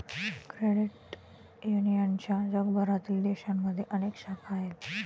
credit युनियनच्या जगभरातील देशांमध्ये अनेक शाखा आहेत